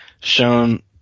shown